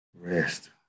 rest